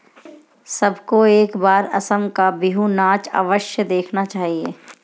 सबको एक बार असम का बिहू नाच अवश्य देखना चाहिए